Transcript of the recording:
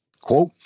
Quote